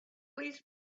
please